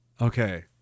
Okay